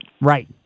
Right